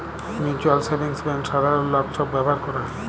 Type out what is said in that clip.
mutual savings bank সাধারল লক ছব ব্যাভার ক্যরে